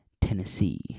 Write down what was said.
Tennessee